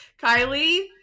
Kylie